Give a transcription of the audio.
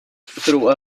through